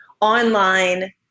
online